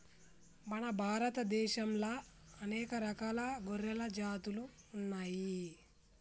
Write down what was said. మన భారత దేశంలా అనేక రకాల గొర్రెల జాతులు ఉన్నయ్యి